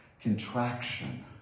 contraction